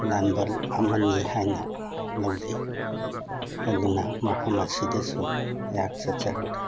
ꯂꯥꯟꯕꯟ ꯑꯃꯅꯤ ꯍꯥꯏꯅ ꯂꯧꯖꯩ ꯑꯗꯨꯅ ꯃꯐꯝ ꯑꯁꯤꯗꯁꯨ ꯑꯩꯍꯥꯛ ꯆꯠꯆꯔꯨꯔꯦ